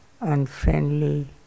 unfriendly